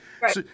Right